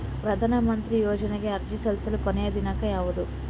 ಪ್ರಧಾನ ಮಂತ್ರಿ ಯೋಜನೆಗೆ ಅರ್ಜಿ ಸಲ್ಲಿಸಲು ಕೊನೆಯ ದಿನಾಂಕ ಯಾವದು?